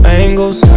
angles